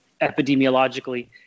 epidemiologically